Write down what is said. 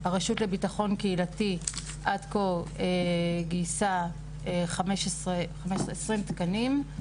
הרשות לביטחון קהילתי עד כה גייסה 20 תקנים.